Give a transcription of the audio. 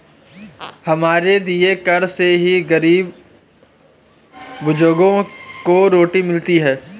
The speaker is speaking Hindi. हमारे दिए कर से ही गरीब बुजुर्गों को रोटी मिलती है